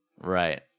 right